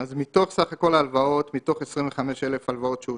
8%. אם אנחנו עושים את החישוב של סכום ההלוואה הממוצעת שאושרה,